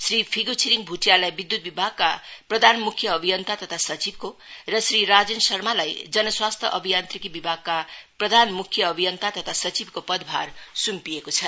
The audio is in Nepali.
श्री फिगु छिरिङ भुटियालाई विद्युत विभागका प्रधान मुख्य अभियन्ता तथा सचिवको र श्री राजेन शर्मालाई जन स्वास्थ्य अभियान्तिकी विभागका प्रधान मुख्य अभियन्ता तथा सचिवको पदभार सुम्पिएको छ